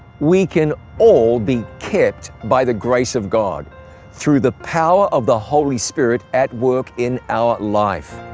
we can all be kept by the grace of god through the power of the holy spirit at work in our life.